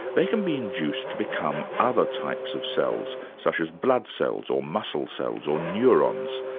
they can be induced to become other types of cells, such as blood cells or muscle cells or neurons.